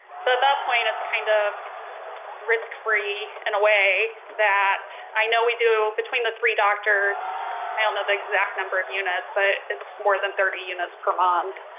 so at that point it's kind of risk-free in a way that i know we do between the three doctors i don't know the exact number of units but it's more than thirty units per month.